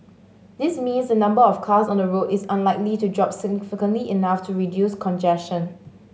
this means the number of cars on the road is unlikely to drop significantly enough to reduce congestion